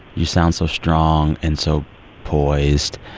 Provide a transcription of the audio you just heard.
you sound so strong and so poised.